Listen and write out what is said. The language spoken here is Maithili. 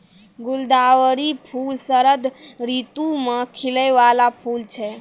गुलदावरी फूल शरद ऋतु मे खिलै बाला फूल छै